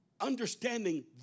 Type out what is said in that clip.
understanding